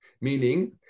meaning